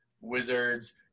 Wizards